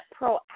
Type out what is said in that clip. proactive